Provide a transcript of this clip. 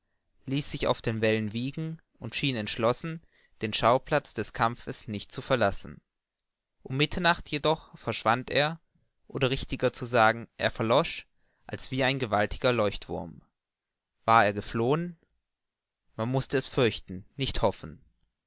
ließ sich auf den wellen wiegen und schien entschlossen den schauplatz des kampfes nicht zu verlassen um mitternacht jedoch verschwand er oder richtiger zu sagen er verlosch als wie ein gewaltiger leuchtwurm war er geflohen man mußte es fürchten nicht hoffen